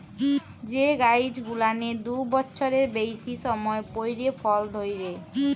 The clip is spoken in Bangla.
যে গাইছ গুলানের দু বচ্ছরের বেইসি সময় পইরে ফল ধইরে